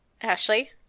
Ashley